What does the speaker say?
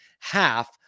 half